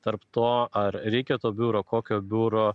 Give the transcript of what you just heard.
tarp to ar reikia to biuro kokio biuro